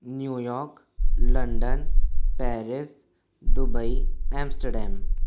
New York London Paris Dubai Amsterdam